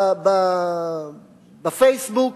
ב"פייסבוק",